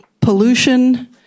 pollution